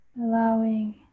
allowing